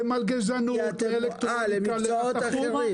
למלגזות, לאלקטרוניקה --- אה, למקצועות אחרים.